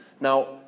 Now